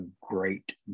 great